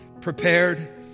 Prepared